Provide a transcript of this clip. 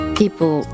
people